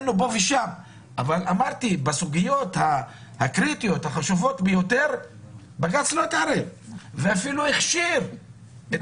בסוגיות הקריטיות בג"ץ לא התערב ואפילו הכשיר את